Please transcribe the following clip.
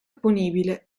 opponibile